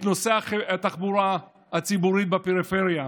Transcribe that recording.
את נושא התחבורה הציבורית בפריפריה,